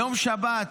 ביום שבת,